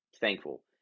thankful